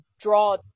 draw